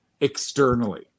externally